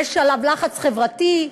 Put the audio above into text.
יש עליו לחץ חברתי,